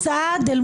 זה משהו אחר לגמרי.